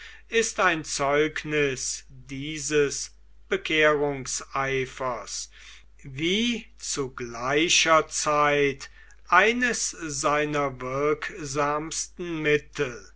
ist ein zeugnis dieses bekehrungseifers wie zu gleicher zeit eines seiner wirksamsten mittel